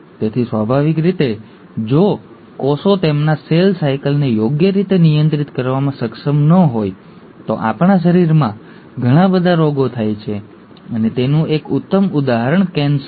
તેથી સ્વાભાવિક રીતે જો કોષો તેમના સેલ સાયકલને યોગ્ય રીતે નિયંત્રિત કરવામાં સક્ષમ ન હોય તો આપણા શરીરમાં ઘણા બધા રોગો થાય છે અને તેનું એક ઉત્તમ ઉદાહરણ કેન્સર છે